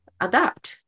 adapt